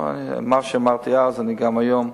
מה שאמרתי אז, אני אומר גם היום.